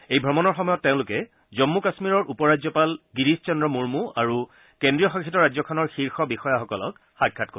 এই ভ্ৰমণৰ সময়ত তেওঁলোকে জম্মু কাশ্মীৰৰ উপ ৰাজ্যপাল গিৰিশ চন্দ্ৰ মুৰ্মু আৰু কেন্দ্ৰীয় শাসিত ৰাজ্যখনৰ শীৰ্ষ বিষয়াসকলক সাক্ষাৎ কৰিব